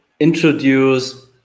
introduce